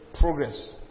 progress